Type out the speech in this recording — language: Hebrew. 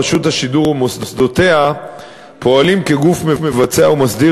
רשות השידור ומוסדותיה פועלים כגוף מבצע ומסדיר